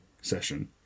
session